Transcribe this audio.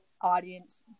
audience